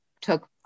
took